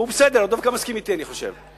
שהוא בסדר, דווקא מסכים אתי, אני חושב.